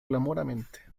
clamorante